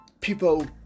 people